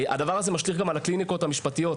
הדבר זה משליך גם את הקליניקות המשפטיות.